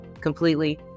completely